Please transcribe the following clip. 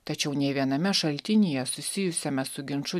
tačiau nei viename šaltinyje susijusiame su ginču